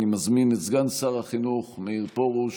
אני מזמין את סגן שר החינוך מאיר פרוש